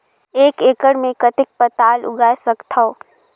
एक एकड़ मे कतेक पताल उगाय सकथव?